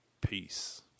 Peace